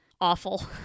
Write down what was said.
awful